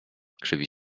krzywi